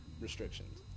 restrictions